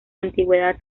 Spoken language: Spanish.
antigüedad